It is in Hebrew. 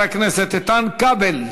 ואחריו, חבר הכנסת איתן כבל,